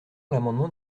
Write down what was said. l’amendement